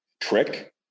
trick